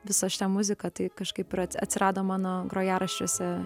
visą šitą muziką tai kažkaip atsirado mano grojaraščiuose